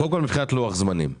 מבחינת לוח זמנים,